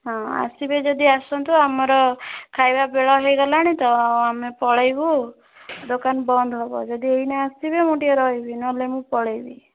ହଁ ଆସିବେ ଯଦି ଆସନ୍ତୁ ଆମର ଖାଇବାବେଳ ହେଇଗଲାଣି ତ ଆମେ ପଳାଇବୁ ଦୋକାନ ବନ୍ଦ ହବ ଯଦି ଏଇନା ଆସିବେ ମୁଁ ଟିକିଏ ରହିବି ନହେଲେ ମୁଁ ପଳାଇବି